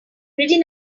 pretty